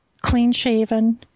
clean-shaven